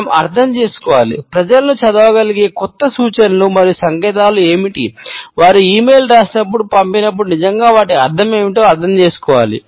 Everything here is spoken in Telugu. మనం అర్థం చేసుకోవాలి ప్రజలను చదవగలిగే కొత్త సూచనలు మరియు సంకేతాలు ఏమిటి వారు ఇ మెయిల్ రాసినప్పుడు పంపినప్పుడు నిజంగా వాటి అర్థం ఏమిటో అర్థం చేసుకోవాలి